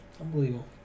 Unbelievable